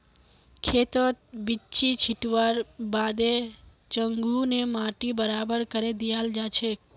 खेतत बिच्ची छिटवार बादे चंघू ने माटी बराबर करे दियाल जाछेक